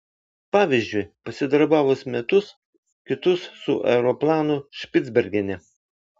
pavyzdžiui pasidarbavus metus kitus su aeroplanu špicbergene